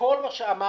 כל מה שאמרנו,